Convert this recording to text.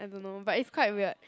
I don't know but it's quite weird